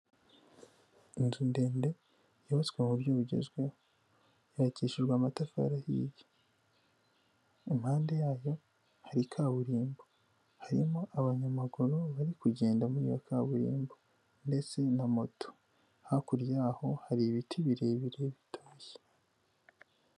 Inzu ndende y'ubatswe mu buryo bugezweho yakishijwe amatafari ahiye; impande yayo hari kaburimbo harimo abanyamaguru bari kugenda muri iyo kaburimbo ndetse na moto; hakurya yaho hari ibiti birebire bitoshye.